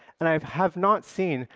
and i have have not seen,